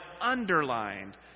underlined